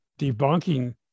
debunking